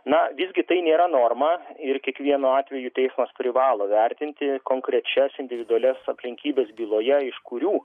na visgi tai nėra norma ir kiekvienu atveju teismas privalo vertinti konkrečias individualias aplinkybes byloje iš kurių